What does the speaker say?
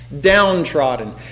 downtrodden